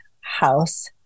house